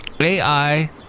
AI